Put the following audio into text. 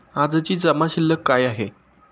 आजची जमा शिल्लक काय आहे?